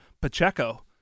Pacheco